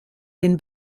den